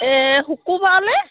এই শুকুৰবাৰলৈ